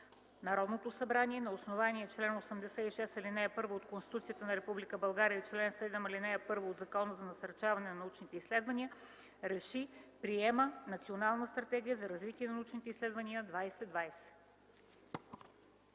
Народното събрание на основание чл. 86, ал. 1 от Конституцията на Република България и чл. 7, ал. 1 от Закона за насърчаване на научните изследвания РЕШИ: Приема Национална стратегия за развитие на научните изследвания 2020.”